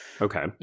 Okay